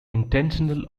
intentional